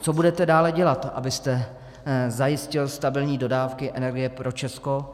Co budete dále dělat, abyste zajistil stabilní dodávky energie pro Česko?